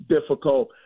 difficult